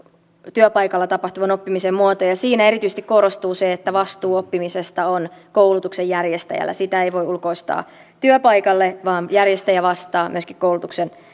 työpaikalla tapahtuvan oppimisen muoto ja siinä erityisesti korostuu se että vastuu oppimisesta on koulutuksen järjestäjällä sitä ei voi ulkoistaa työpaikalle vaan järjestäjä vastaa myöskin koulutuksen